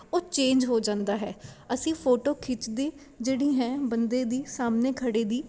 ਉਹ ਚੇਂਜ ਹੋ ਜਾਂਦਾ ਹੈ ਅਸੀਂ ਫੋਟੋ ਖਿੱਚਦੇ ਜਿਹੜੀ ਹੈ ਬੰਦੇ ਦੀ ਸਾਹਮਣੇ ਖੜ੍ਹੇ ਦੀ